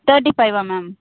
thirty ஃபைவ்வா ma'am